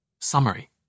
Summary